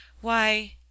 why—